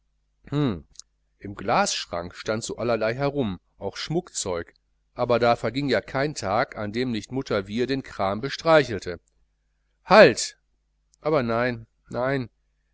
im glasschrank stand so allerlei herum auch schmuckzeug aber da verging ja kein tag an dem nicht mutter wiehr den kram bestreichelte halt aber nein nein